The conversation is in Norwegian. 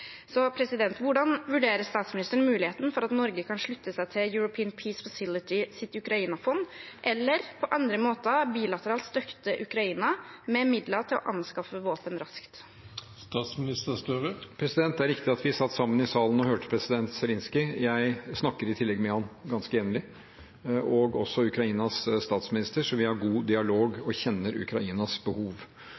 Hvordan vurderer statsministeren muligheten for at Norge kan slutte seg til European Peace Facilitys Ukraina-fond, eller på andre måter bilateralt støtte Ukraina med midler til å anskaffe våpen raskt? Det er riktig at vi satt sammen i salen og hørte president Zelenskyj. Jeg snakker i tillegg med ham ganske jevnlig, og også med Ukrainas statsminister, som vi har god dialog